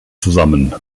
zusammen